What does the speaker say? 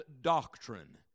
doctrine